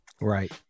Right